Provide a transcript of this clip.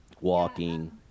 walking